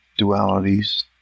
dualities